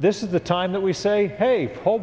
this is the time that we say hey pull